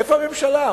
איפה הממשלה?